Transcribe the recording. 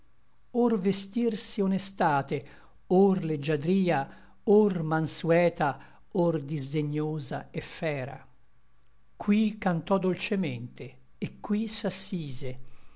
or vestirsi honestate or leggiadria or manseta or disdegnosa et fera qui cantò dolcemente et qui s'assise